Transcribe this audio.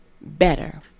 better